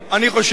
אני חושב